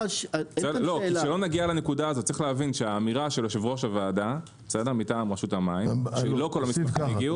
האמירה של יושב-ראש הוועדה מטעם רשות המים שלא כל המסמכים הגיעו-